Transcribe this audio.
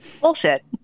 bullshit